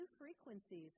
frequencies